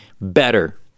better